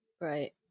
right